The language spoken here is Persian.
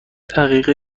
دقیقه